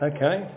Okay